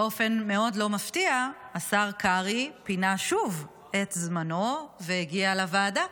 באופן מאוד לא מפתיע השר קרעי פינה שוב את זמנו והגיע לוועדה.